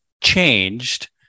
changed